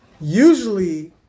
usually